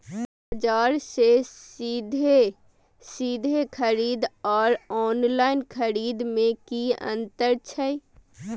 बजार से सीधे सीधे खरीद आर ऑनलाइन खरीद में की अंतर छै?